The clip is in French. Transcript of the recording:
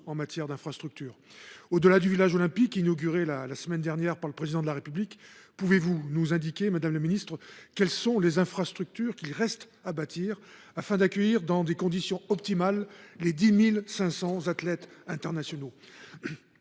en matière d’infrastructures. Au delà du village olympique, inauguré la semaine dernière par le Président de la République, pouvez vous nous indiquer, madame la ministre, quelles sont les infrastructures qu’il reste à bâtir, afin d’accueillir dans des conditions optimales les 10 500 athlètes internationaux ?